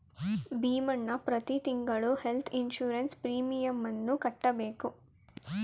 ಭೀಮಣ್ಣ ಪ್ರತಿ ತಿಂಗಳು health insurance ಪ್ರೀಮಿಯಮನ್ನು ಕಟ್ಟಬೇಕು